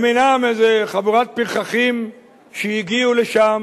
הם אינם איזו חבורת פרחחים שהגיעו לשם